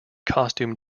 costume